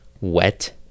wet